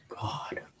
God